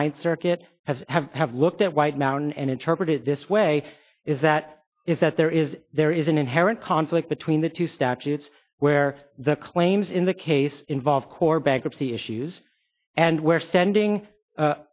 ninth circuit have have have looked at white mountain and interpret it this way is that is that there is there is an inherent conflict between the two statutes where the claims in the case involve core bankruptcy issues and where